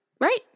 right